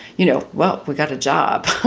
you know, well, we've got a job.